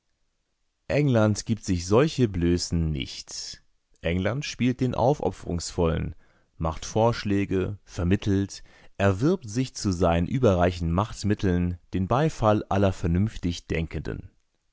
england gibt sich solche blößen nicht england spielt den aufopferungsvollen macht vorschläge vermittelt erwirbt sich zu seinen überreichen machtmitteln den beifall aller vernünftig denkenden